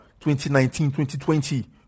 2019-2020